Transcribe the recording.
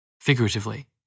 Figuratively